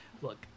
look